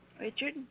Richard